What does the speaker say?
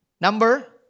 Number